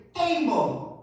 able